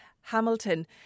Hamilton